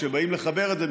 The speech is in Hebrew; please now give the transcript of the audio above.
כשבאים לחבר את זה,